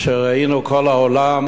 כל העולם